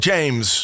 James